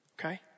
Okay